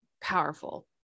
powerful